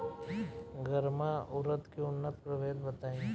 गर्मा उरद के उन्नत प्रभेद बताई?